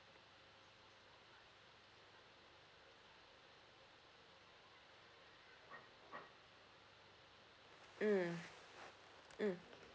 mm mm